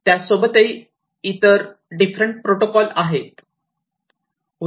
त्यासोबतच इतरही ही डिफरंट प्रोटोकॉल आहे